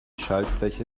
schaltfläche